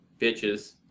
bitches